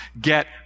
get